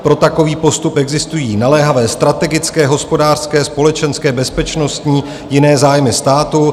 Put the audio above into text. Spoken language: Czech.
Pro takový postup existují naléhavé strategické, hospodářské, společenské, bezpečnostní a jiné zájmy státu.